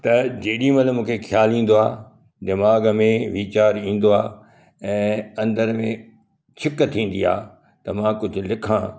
त जेॾी महिल मूंखे ख़्याल ईंदो आहे दिमाग़ में वीचारु ईंदो आहे ऐं अंदर में छिक थींदी आहे त मां कुझु लिखा